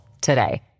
today